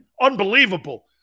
unbelievable